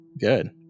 good